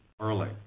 early